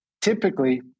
typically